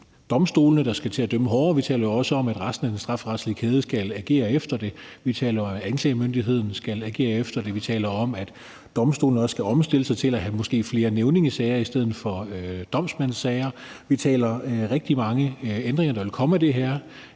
domstolene, der skal til at dømme hårdere. Vi taler jo også om, at resten af den strafferetslige kæde skal agere efter det. Vi taler om, at anklagemyndigheden skal agere efter det, og vi taler om, at domstolene også skal omstille sig til måske at have flere nævningesager i stedet for domsmandssager. Vi taler om rigtig mange ændringer, der vil komme af det her.